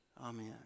Amen